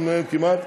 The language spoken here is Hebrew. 500 מהם כמעט,